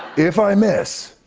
if i miss,